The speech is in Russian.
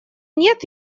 нет